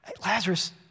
Lazarus